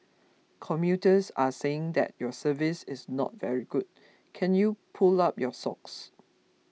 commuters are saying that your service is not very good can you pull up your socks